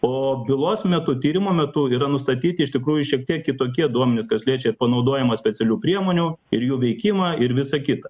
o bylos metu tyrimo metu yra nustatyti iš tikrųjų šiek tiek kitokie duomenys kas liečia panaudojimą specialių priemonių ir jų veikimą ir visa kita